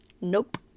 nope